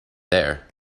there